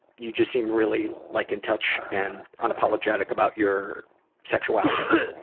you just seemed really like in touch and unapologetic about your sexuality.